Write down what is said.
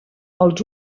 els